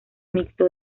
mixto